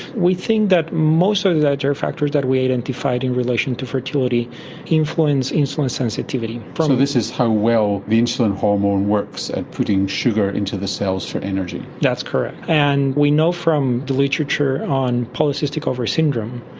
we think that most of the dietary factors that we identified in relation to fertility influence insulin sensitivity. so this is how well the insulin hormone works at putting sugar into the cells for energy. that's correct. and we know from the literature on polycystic ovary syndrome,